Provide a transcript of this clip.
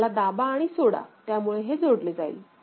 ह्याला दाबा आणि सोडा त्यामुळे हे जोडले जाईल